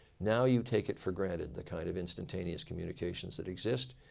now you take it for granted the kind of instantaneous communications that exist.